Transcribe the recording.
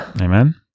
amen